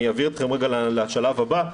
אני אביא אתכם רגע לשלב הבא,